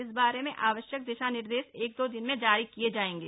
इस बारे में आवश्यक दिशा निर्देश एक दो दिन में जारी कर दिए जाएंगे